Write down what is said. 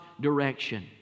direction